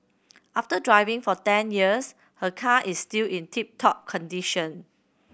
after driving for ten years her car is still in tip top condition